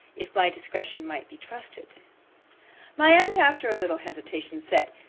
if my discretion might be trusted my aunt, after a little hesitation, said,